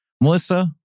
Melissa